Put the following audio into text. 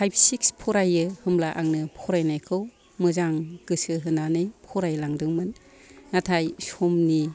five six फरायो होमब्ला आंनो फरायनायखौ मोजां गोसो होनानै फरायलांदोंमोन नाथाय समनि